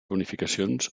bonificacions